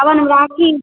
सावनमे राखी